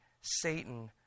Satan